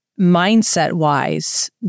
mindset-wise